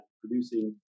producing